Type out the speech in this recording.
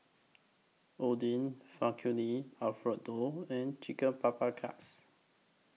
Oden Alfredo and Chicken Paprikas